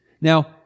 Now